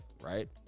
right